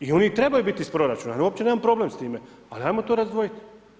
I on i treba biti iz proračuna, uopće nemam problem s time, ali ajmo to razdvojiti.